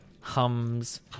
hums